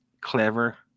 Clever